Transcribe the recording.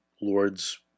Lord's